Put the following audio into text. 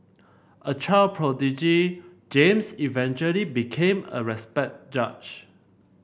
a child prodigy James eventually became a respected judge